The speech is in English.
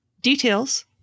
Details